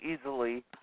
easily